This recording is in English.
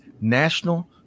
National